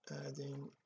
adding